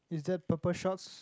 is there purple shorts